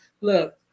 look